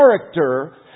character